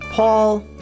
Paul